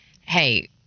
hey